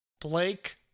Blake